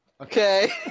Okay